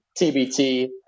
TBT